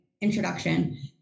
introduction